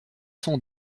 sont